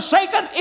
Satan